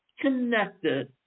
connected